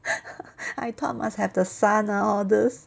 I thought must have the sun ah all these